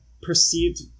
perceived